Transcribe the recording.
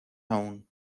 aún